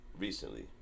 recently